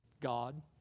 God